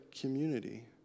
community